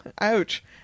ouch